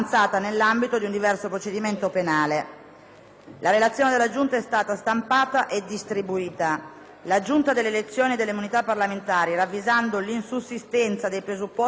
parlamentari è stata già stampata e distribuita. La Giunta delle elezioni e delle immunità parlamentari, ravvisando l'insussistenza dei presupposti procedurali per l'esame nel merito della domanda